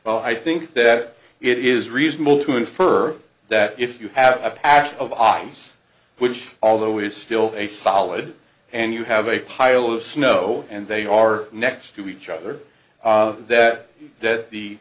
but i think that it is reasonable to infer that if you have a past of ockham's which although is still a solid and you have a pile of snow and they are next to each other that that the